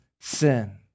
sin